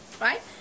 right